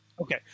Okay